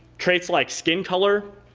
traits like skin color,